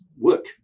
work